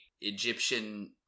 Egyptian